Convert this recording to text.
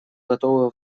готовы